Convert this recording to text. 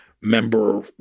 member